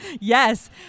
Yes